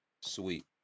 Sweet